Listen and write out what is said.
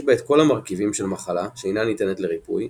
יש בה את כל המרכיבים של מחלה שאינה ניתנה לריפוי,